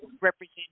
represent